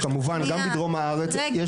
כמובן גם בדרום הארץ,